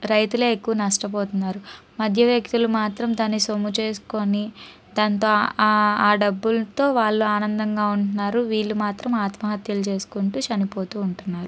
రైతులే ఎక్కువ నష్టపోతున్నారు మధ్య వ్యక్తులు మాత్రం దాన్ని సొమ్ము చేసుకొని దాంతో డబ్బులతో వాళ్ళు ఆనందంగా ఉంటున్నారు వీళ్ళు మాత్రం ఆత్మహత్యలు చేసుకుంటూ చనిపోతు ఉంటున్నారు